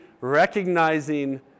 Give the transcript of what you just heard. recognizing